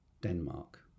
Denmark